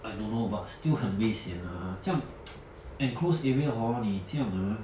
I don't know but still 很危险啦这样 enclosed area hor 你这样啊